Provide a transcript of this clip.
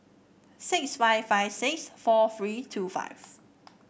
six five five six four three two five